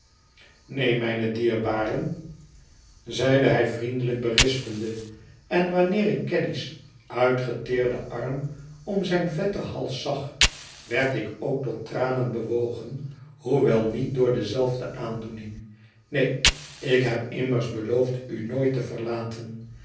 neen mijne dierbaren zeide hij vriendelijk berispende en wanneer ik caddy's uitgeteerden arm om zijn vetten hals zag werd ik ook tot tranen bewogen hoewel niet door dezelfde aandoening neen ik heb immers beloofd u nooit te verlaten